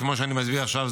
כמו שאני מסביר עכשיו,